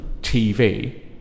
TV